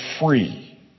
free